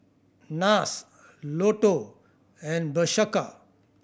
Nars Lotto and Bershka